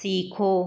सीखो